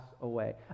away